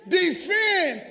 defend